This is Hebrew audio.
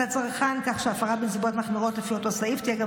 הצרכן כך שהפרה בנסיבות מחמירות לפי אותו סעיף תהיה גם